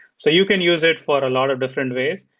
so you can use it for a lot of different ways.